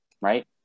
right